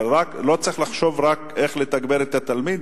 ולא צריך לחשוב רק איך לתגבר את התלמיד,